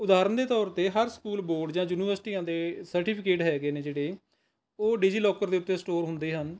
ਉਦਾਹਰਨ ਦੇ ਤੌਰ 'ਤੇ ਹਰ ਸਕੂਲ ਬੋਰਡ ਜਾਂ ਯੂਨੀਵਰਸਿਟੀਆਂ ਦੇ ਸਰਟੀਫੀਕੇਟ ਹੈਗੇ ਨੇ ਜਿਹੜੇ ਉਹ ਡਿਜ਼ੀਲੌਕਰ ਦੇ ਉੱਤੇ ਸਟੋਰ ਹੁੰਦੇ ਹਨ